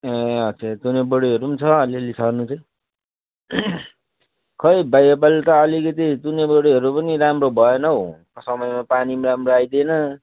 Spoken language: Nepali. ए अच्छा तुने बडीहरू पनि छ अलिअलि छनु चाहिँ खोइ भाइ यो पाली त आलिकिति तुने बडीहरू पनि राम्रो भएन हौ समयमा पानि राम्रो आइदिएन